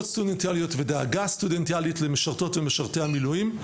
סטודנטיאליות ודאגה סטודנטיאלית למשרתות ומשרתי המילואים.